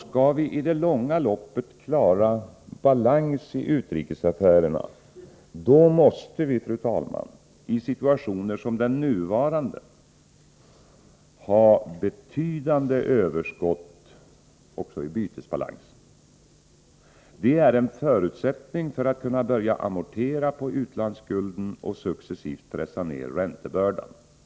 Skall vi i det långa loppet klara balans i utrikesaffärerna, måste vi i situationer som den nuvarande ha betydande överskott även i bytesbalansen. Det är en förutsättning för att kunna börja amortera på utlandsskulden och successivt pressa ned räntebördan.